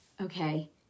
Okay